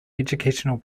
educational